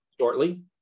Shortly